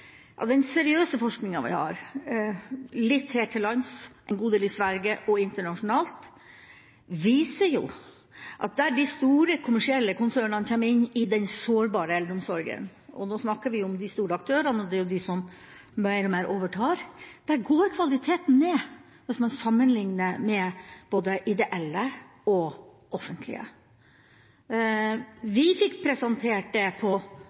Den seriøse forskinga vi har, litt her til lands, en god del i Sverige og internasjonalt, viser at der de store kommersielle aktørene kommer inn i den sårbare eldreomsorgen – og nå snakker vi om de store aktørene, det er jo de som mer og mer overtar – går kvaliteten ned hvis man sammenlikner med både ideelle og offentlige. Vi fikk presentert det på